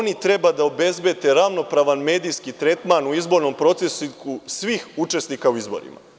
Naime, oni treba da obezbede ravnopravan medijski tretman u izbornom procesu svih učesnika u izborima.